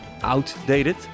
outdated